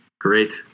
Great